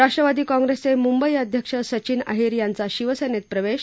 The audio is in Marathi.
राष्ट्रवादी काँग्रेसचे मुंबई अध्यक्ष सचिन अहिर यांचा शिवसेनेत प्रवेश